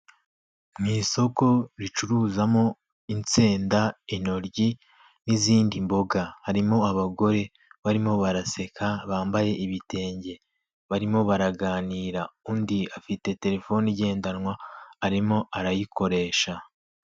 Mu isoko ricuruzamo insenda, intoryi n'izindi mboga, harimo abagore barimo baraseka bambaye ibitenge barimo baraganira, undi afite telefone igendanwa arimo arayikoresha.